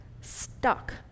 stuck